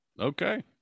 Okay